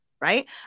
Right